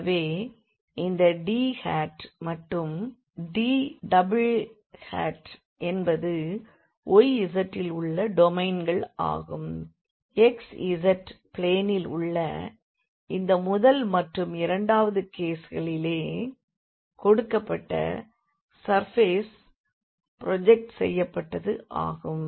எனவே இந்த D hat மற்றும் D என்பது yz இல் உள்ள டொமைன்கள் ஆகும் xz பிளேனிலே உள்ள இந்த முதல் மற்றும் இரண்டாவது வகைகளிலே கொடுக்கப்பட்ட சர்ஃபேஸ் ப்ரோஜெக்ட் செய்யப்பட்டது ஆகும்